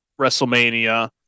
WrestleMania